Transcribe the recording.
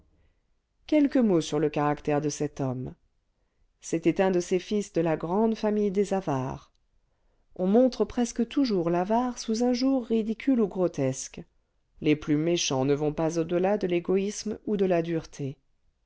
quelques mots sur le caractère de cet homme c'était un de ces fils de la grande famille des avares on montre presque toujours l'avare sous un jour ridicule ou grotesque les plus méchants ne vont pas au delà de l'égoïsme ou de la dureté